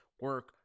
Work